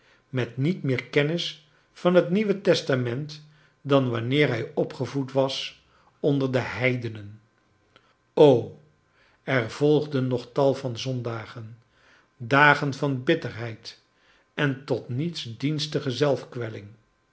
met niet meer kennis van het nieuwe testament dan wanneer hij opgevoed was onder de heidenen oû er volgden nog tal van z o ndagen dagen van bi t terheid en tot niets